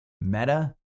Meta